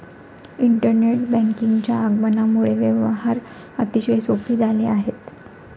internet बँकिंगच्या आगमनामुळे व्यवहार अतिशय सोपे झाले आहेत